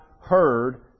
heard